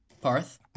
Parth